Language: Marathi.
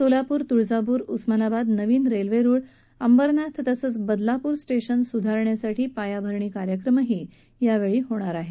सोलापूर तुळजापूर उस्मानाबाद नवीन रेल्वे रुळ अंबरनाथ तसंच बदलापूर स्टेशन सुधारण्यासाठी पायाभरणी कार्यक्रमही यावेळी होईल